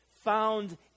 found